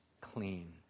clean